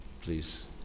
Please